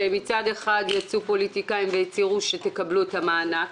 שמצד אחד יצאו פוליטיקאים והצהירו שתקבלו את המענק,